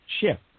shift